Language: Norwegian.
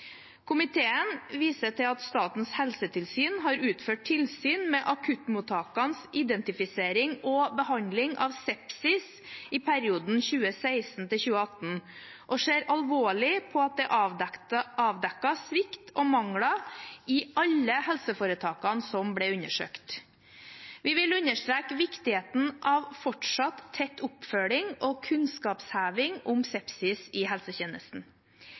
Komiteen viser til at Statens helsetilsyn har utført tilsyn med akuttmottakenes identifisering og behandling av sepsis i perioden 2016–2018, og ser alvorlig på at det er avdekket svikt og mangler i alle helseforetakene som ble undersøkt. Vi vil understreke viktigheten av fortsatt tett oppfølging og kunnskapsheving om sepsis i helsetjenesten.